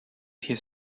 his